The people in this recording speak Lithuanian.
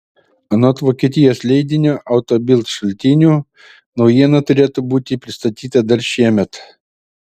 anot vokietijos leidinio auto bild šaltinių naujiena turėtų būti pristatyta dar šiemet